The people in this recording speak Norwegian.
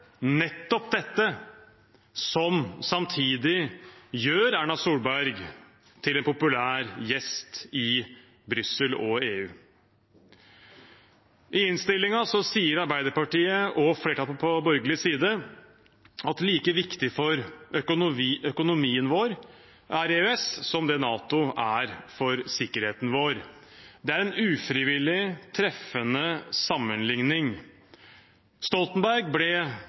nettopp dette – som samtidig gjør Erna Solberg til en populær gjest i Brussel og EU. I innstillingen sier Arbeiderpartiet og flertallet på borgerlig side at EØS er like viktig for økonomien vår som det NATO er for sikkerheten vår. Det er en ufrivillig treffende sammenligning. Stoltenberg ble